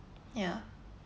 ya